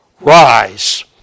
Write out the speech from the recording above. rise